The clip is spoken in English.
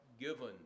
given